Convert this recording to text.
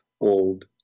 old